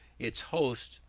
its hosts,